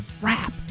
crap